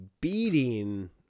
beating